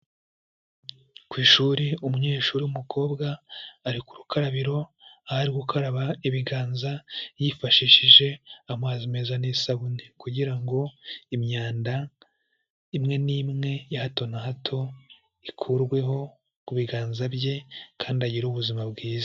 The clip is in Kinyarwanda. Ku ishuri, umunyeshuri w'umukobwa ari ku rukarabiro, aho ari gukaraba ibiganza yifashishije amazi meza n'isabune kugira ngo imyanda imwe n'imwe ya hato na hato ikurweho ku biganza bye kandi agire ubuzima bwiza.